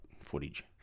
footage